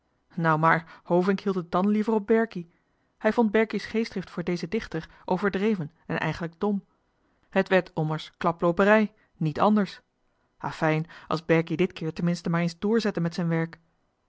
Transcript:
nou maar hovink hield het dàn liever op berkie hij vond berkie's geestdrift voor dezen dichter overdreven en eigenlijk dom het werd ommers klaplooperij niet anders affijn als berkie nu dit keer te minste maar eens doorzette met zijn werk